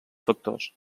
factors